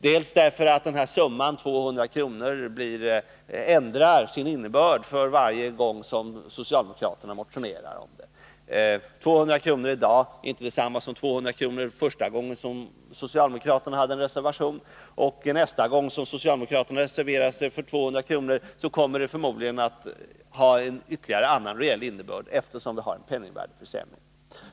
Det ena skälet är att summan 200 kr. ändrar sin innebörd för varje gång socialdemokraterna motionerar om regeln. 200 kr. i dag är inte detsamma som 200 kr. första gången socialdemokraterna reserverade sig i frågan. Nästa gång socialdemokraterna reserverar sig för 200 kr. kommer förslaget förmodligen att ha ytterligare en annan reell innebörd eftersom vi har en penningvärdeförsämring.